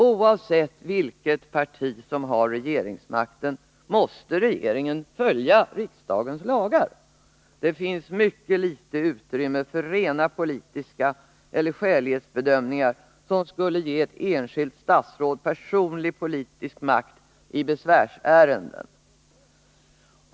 Oavsett vilket parti som har regeringsmakten måste regeringen följa riksdagens lagar. Det finns mycket litet utrymme för rena politiska bedömningar eller skälighetsbedömningar som skulle ge ett enskilt statsråd personlig politisk makt i besvärsärenden.